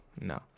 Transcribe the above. no